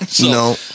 No